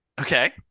Okay